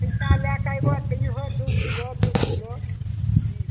पैसा लैके अयबो दिहो दू किलो दू किलो हूँ